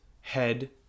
head